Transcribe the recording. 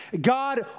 God